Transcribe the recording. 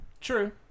True